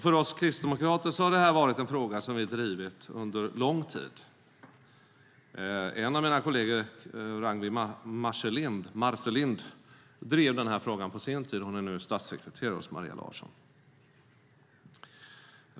För oss kristdemokrater har detta varit en fråga som vi drivit under lång tid. En av mina kolleger, Ragnwi Marcelind, drev den här frågan på sin tid. Hon är nu statssekreterare hos Maria Larsson.